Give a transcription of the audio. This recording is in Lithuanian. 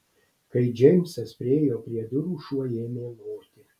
kai džeimsas priėjo prie durų šuo ėmė loti